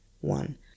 one